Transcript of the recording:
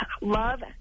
love